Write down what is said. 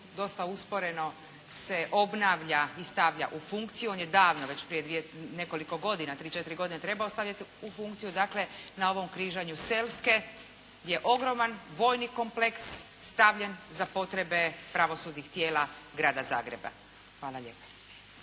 dosta usporeno se obnavlja i stavlja u funkciju. On je davno već prije dvije, nekoliko godina tri, četiri godine trebao staviti u funkciju. Dakle, na ovom križanju Selske je ogroman vojni kompleks stavljen za potrebe pravosudnih tijela Grada Zagreba. Hvala lijepa.